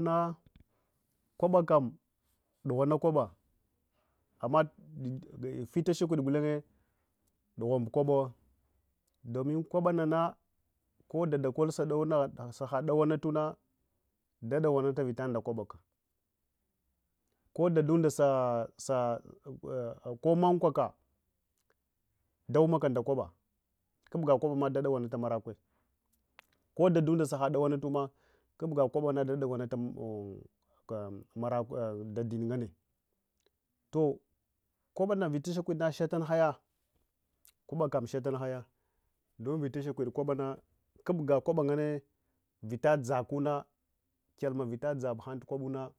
Na kwabakam dughunga kwaba amma vita shakwide ngulenye ɗlughum kwabawa dumin kwabanana kodade abawa dumiri kwabanana kodade saha dawanatuna da dawanatah vitsa ndakwabake ko dadundasa ko mankwaka ndawumataka ndak waba kubga kwabama dadawana marakwe koda ɗunda saha dawanatuma kubga kwabama dadawanuta ndadin gnane toh vita shakwidna shatun haya kwabakar shatinhaya dun vita shakwid kwaba kubga kwaba nganne vita ɗzakunna, kyalma vita dzabuhanti kwabuna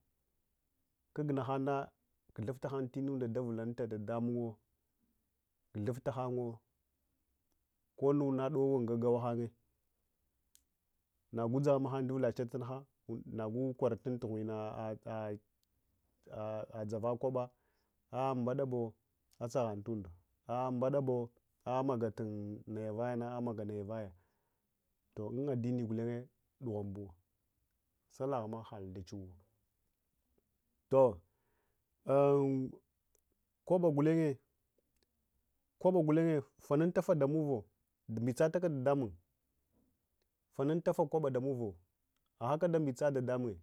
kagnahanna guthuf tahan inunda davulatat da damunwo guthufta hannuwo kununa do wun gaga hangye nagu dzahamaha duula shatunha nagu kwaratun tughuina zava kwaba amba bubo aadsa han tunda a mbeda bo am a a tun nay ava vayana amaga naya vaya un-addinina gulenye dughuwanbu sallahma halda chuwu toh kwabe gullenye vanunta va ndamuva mbitsataka tudedamun vanuntafa koba damuva ahaka.